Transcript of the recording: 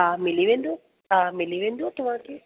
हा मिली वेंदो हा मिली वेंदो तव्हांखे